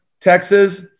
Texas